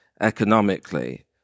economically